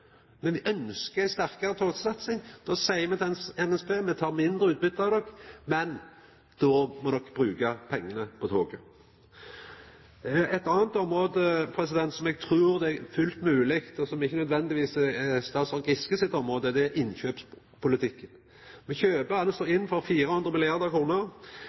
ei sterkare togsatsing, og då seier me til NSB: Me tek mindre utbytte av dykk, men då må de bruka pengane på toget. Eit anna område der eg trur dette er fullt mogleg, og som ikkje nødvendigvis er statsråd Giske sitt område, gjeld innkjøpspolitikken. Me kjøper altså inn for 400